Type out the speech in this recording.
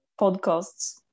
podcasts